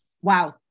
Wow